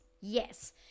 Yes